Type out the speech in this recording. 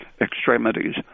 extremities